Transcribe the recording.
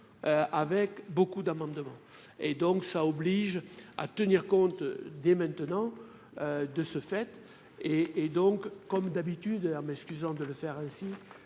avec beaucoup d'amendements et donc ça oblige à tenir compte dès maintenant, de ce fait et et donc comme d'habitude la m'excusant de le faire, hein,